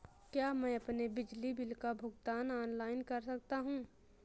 क्या मैं अपने बिजली बिल का भुगतान ऑनलाइन कर सकता हूँ?